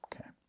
Okay